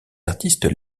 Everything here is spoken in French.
artistes